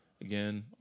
Again